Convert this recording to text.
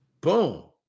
boom